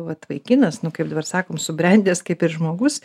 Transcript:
vat vaikinas kaip dabar sakom subrendęs kaip ir žmogus